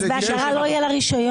בהגדרה לא יהיה לה רישיון?